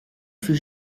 fut